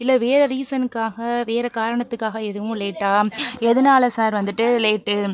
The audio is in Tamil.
இல்லை வேறு ரீசனுக்காக வேறு காரணத்துக்காக எதுவும் லேட்டாக எதனால சார் வந்துட்டு லேட்டு